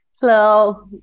Hello